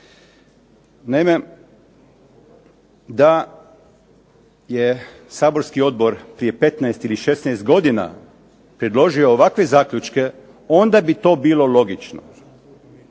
Naime, da je saborski odbor prije 15 ili 16 godina predložio ovakve zaključke onda bi to bilo logično.